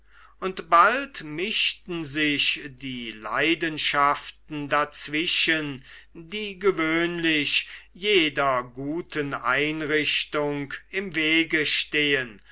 und bald mischten sich die leidenschaften dazwischen die gewöhnlich jeder guten einrichtung im wege stehen